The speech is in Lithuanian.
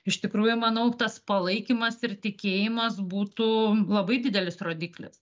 iš tikrųjų manau tas palaikymas ir tikėjimas būtų labai didelis rodiklis